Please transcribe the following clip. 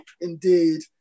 indeed